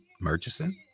murchison